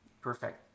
Perfect